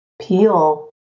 peel